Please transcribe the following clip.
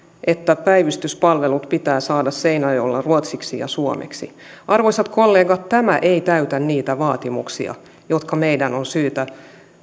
että päivystyspalvelut pitää saada seinäjoella ruotsiksi ja suomeksi arvoisat kollegat tämä ei täytä niitä vaatimuksia jotka meidän on syytä